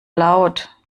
laut